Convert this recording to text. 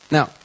Now